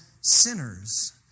sinners